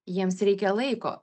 jiems reikia laiko